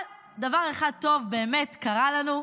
אבל דבר אחד טוב באמת קרה לנו.